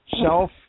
self